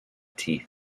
teeth